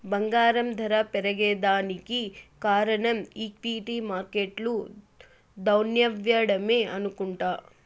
బంగారం దర పెరగేదానికి కారనం ఈక్విటీ మార్కెట్లు డౌనవ్వడమే అనుకుంట